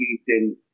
eating